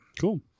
Cool